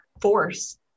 force